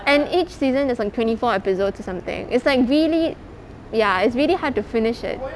and each season is on twenty four episodes or something it's like really ya it's really hard to finish it